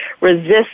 resist